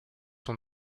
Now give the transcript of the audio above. sont